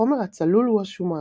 החומר הצלול הוא השומן,